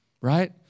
right